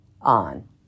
on